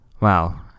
wow